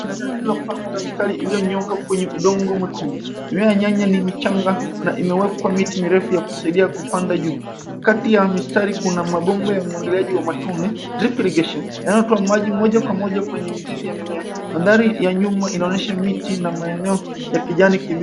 Mimea yaliyopangwa kwenye mistari iliyonyooka kwenye udongo mwekundu. Mimea ya nyanya ni michanga na imewekwa miti mirefu ya kusaidia kupanda juu. Kati ya mistari kuna mabomba ya umwagiliaji wa matone, drip irrigation yanayotoa maji moja kwa moja kwenye mizizi ya mimea. Mandhari ya nyuma inaonyesha miti na maeneo ya kijani kibichi.